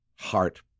heart